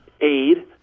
aid